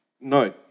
no